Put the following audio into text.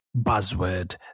buzzword